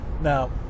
Now